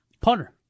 Punter